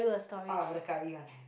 oh but the curry one